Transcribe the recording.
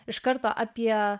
iš karto apie